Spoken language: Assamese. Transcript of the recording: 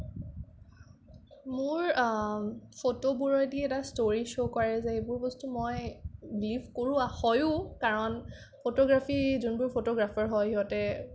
মোৰ ফটোবোৰেদি এটা ষ্টৰি শ্ব' কৰে যে এইবোৰ বস্তু মই বিলিভ কৰো হয়ো কাৰণ ফটোগ্ৰাফি যোনবোৰ ফটোগ্ৰাফাৰ হয় সিহঁতে